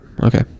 Okay